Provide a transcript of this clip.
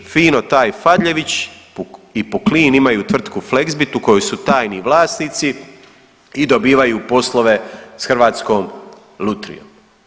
I fino taj Fadljević i Puklin imaju tvrtku Fleksbit u kojoj su tajni vlasnici i dobivaju poslove sa Hrvatskom lutrijom.